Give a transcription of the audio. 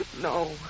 No